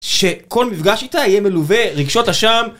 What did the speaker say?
שכל מפגש איתה יהיה מלווה, רגשות אשם.